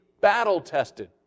battle-tested